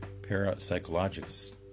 parapsychologists